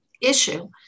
issue